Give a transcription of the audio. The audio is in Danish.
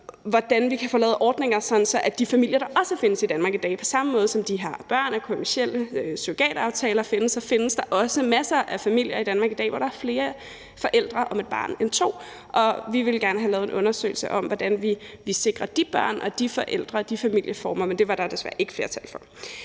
hvordan vi kan få lavet ordninger for de familier, der også findes i Danmark i dag. På samme måde som de her børn af kommercielle surrogataftaler findes, findes der også masser af familier i Danmark i dag, hvor der er flere forældre om et barn end to. Og vi vil gerne have lavet en undersøgelse om, hvordan vi sikrer de børn og de forældre og de familieformer, men det var der desværre ikke et flertal for.